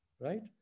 right